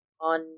on